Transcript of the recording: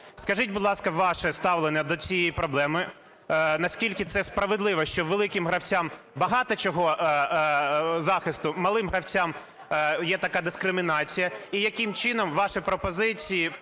Скажіть, будь ласка, ваше ставлення до цієї проблеми. Наскільки це справедливо, що великим гравцям багато чого… захисту, малим гравцям є така дискримінація?